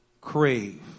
Crave